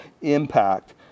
impact